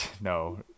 No